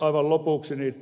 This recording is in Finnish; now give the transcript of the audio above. aivan lopuksi